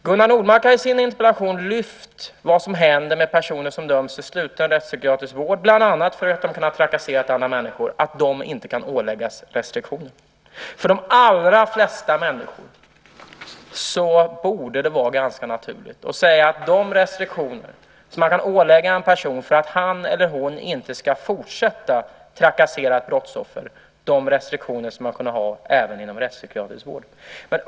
Gunnar Nordmark har i sin interpellation lyft fram vad som händer med personer som döms till sluten rättspsykiatrisk vård, bland annat för att de kunnat trakassera andra människor, att de kan inte åläggas restriktioner. För de allra flesta människor borde det vara ganska naturligt att säga att de restriktioner som man kan ålägga en person för att han eller hon inte ska fortsätta att trakassera ett brottsoffer ska man kunna ha även inom rättspsykiatrisk vård.